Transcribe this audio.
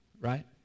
right